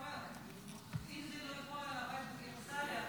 --- אם זה לא ייפול על הבית בקיסריה,